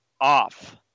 off